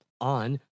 on